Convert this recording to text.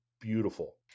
beautiful